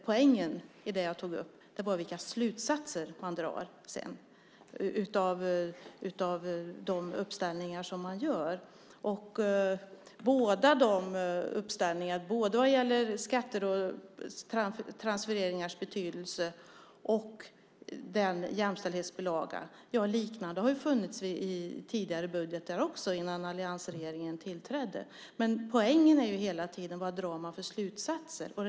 Poängen i det jag tog upp var vilka slutsatser man sedan drar av de uppställningar som man gör, uppställningarna både vad gäller skatters och transfereringars betydelse och vad gäller jämställdhetsbilagan. Liknande har funnits i tidigare budgetar, innan alliansregeringen tillträdde. Men poängen är hela tiden vilka slutsatser man drar.